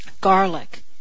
garlic